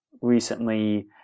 recently